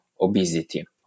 obesity